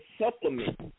supplement